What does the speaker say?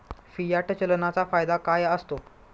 Fiat चलनाचा फायदा काय असतो?